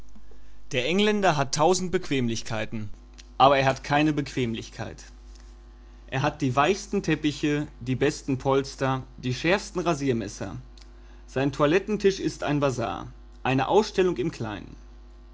der engländer hat tausend bequemlichkeiten aber er hat keine bequemlichkeit er hat die weichsten teppiche die besten polster die schärfsten rasiermesser sein toilettentisch ist ein bazar eine ausstellung im kleinen